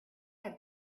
had